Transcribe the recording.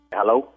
Hello